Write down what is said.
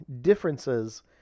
differences